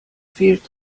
fehlt